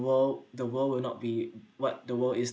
world the world will not be what the world is